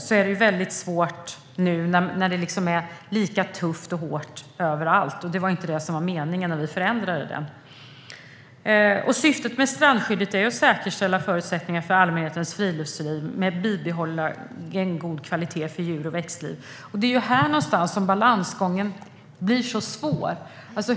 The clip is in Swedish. Men det är svårt nu när det är lika tufft och hårt överallt, och det var inte det som var meningen när vi förändrade lagstiftningen. Syftet med strandskyddet är att säkerställa förutsättningarna för allmänhetens friluftsliv med bibehållen god kvalitet för djur och växtliv. Det är här som balansgången blir så svår.